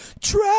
trap